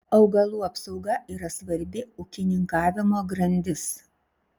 augalų apsauga yra svarbi ūkininkavimo grandis